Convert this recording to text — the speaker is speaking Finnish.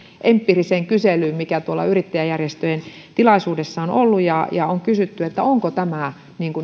empiiriseen kyselyyn joka tuolla yrittäjäjärjestöjen tilaisuudessa on ollut ja jossa on kysytty että onko tämä